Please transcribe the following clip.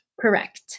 Correct